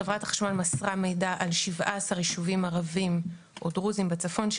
חברת חשמל מסרה מידע על 17 ישובים ערבים או דרוזים בצפון,